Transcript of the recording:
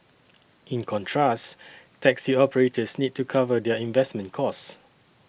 in contrast taxi operators need to cover their investment costs